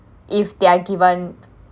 if they are given